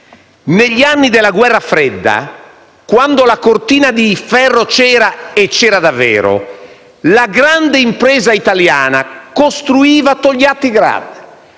Negli anni della guerra fredda, quando la cortina di ferro c'era e c'era davvero, la grande impresa italiana costruiva Togliattigrad.